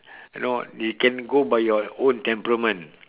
you know you can go by your own temperament